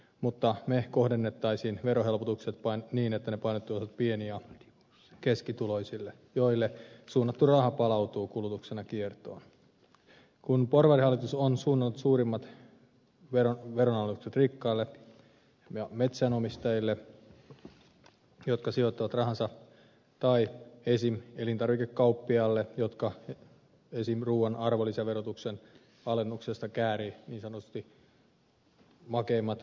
mutta me kohdentaisimme verohelpotukset vain niin että ne painottuisivat pieni ja keskituloisille joille suunnattu raha palautuu kulutuksena kiertoon kun porvarihallitus on suunnannut suurimmat veronalennukset rikkaille ja metsänomistajille jotka sijoittavat rahansa tai esimerkiksi elintarvikekauppiaille jotka esimerkiksi ruuan arvonlisäveron alennuksesta käärivät niin sanotusti makeimmat hillot